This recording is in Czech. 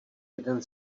jeden